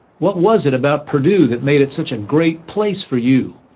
what was it about purdue that made it such a great place for you,